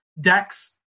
decks